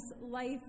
life